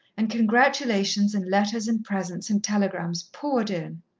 and congratulations and letters and presents and telegrams poured in.